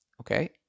okay